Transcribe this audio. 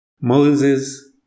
Moses